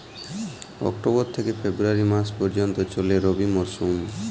October থেকে ফেব্রুয়ারি মাস পর্যন্ত চলে রবি মরসুম